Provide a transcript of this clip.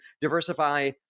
diversify